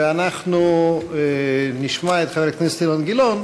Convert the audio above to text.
ואנחנו נשמע את חבר הכנסת אילן גילאון,